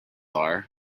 are